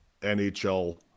NHL